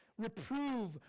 Reprove